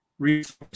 resource